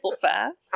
fast